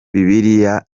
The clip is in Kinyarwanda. bibiliya